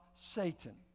Satan